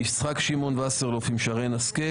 יצחק שמעון וסרלאוף עם שרן השכל.